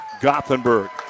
Gothenburg